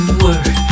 word